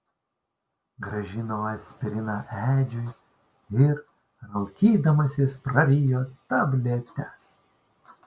grąžino aspiriną edžiui ir raukydamasis prarijo tabletes